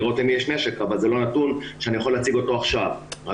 לראות אם יש נשק אבל זה לא נתון שאני יכול להציג אותו עכשיו רק